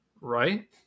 right